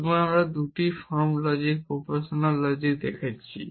সুতরাং আমরা 2টি ফর্ম লজিক প্রপোজিশনাল লজিক দেখেছি